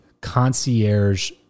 concierge